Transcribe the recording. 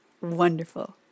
Wonderful